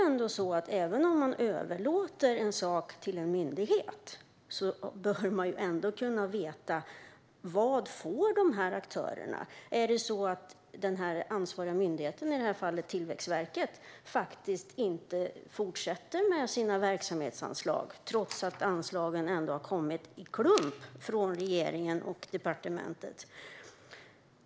Även om man överlåter en sak till en myndighet bör man ändå kunna veta vad de här aktörerna får. Är det så att den ansvariga myndigheten, i det här fallet Tillväxtverket, inte fortsätter med sina verksamhetsanslag, trots att anslagen har kommit i klump från regeringen och departementet?